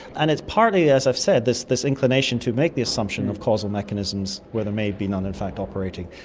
and it's partly, as i've said, this this inclination to make the assumption of causal mechanisms, where there may be none in fact operating.